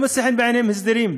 לא מוצא חן בעיניהם הסדרים.